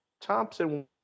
Thompson